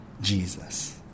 Jesus